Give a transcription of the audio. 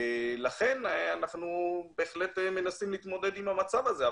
לכן אנחנו בהחלט מנסים להתמודד עם המצב הזה.